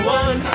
one